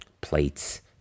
plates